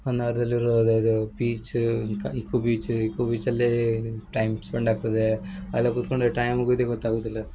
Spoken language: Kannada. ಹೊನ್ನಾವರ್ದಲ್ಲಿ ಇರೋ ಬೀಚ ಇಕ ಇಕೋ ಬೀಚ ಇಕೋ ಬೀಚಲ್ಲೆ ಟೈಮ್ ಸ್ಪೆಂಡ್ ಆಗ್ತದೆ ಅಲ್ಲೋಗಿ ಕುತ್ಕೊಂಡರೆ ಟೈಮ್ ಹೋಗುದೆ ಗೊತ್ತಾಗುದಿಲ್ಲ